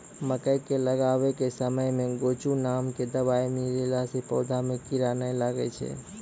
मकई के लगाबै के समय मे गोचु नाम के दवाई मिलैला से पौधा मे कीड़ा नैय लागै छै?